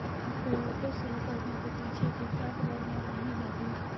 FAO को शुरू करने के पीछे की क्या प्रेरणा रही होगी?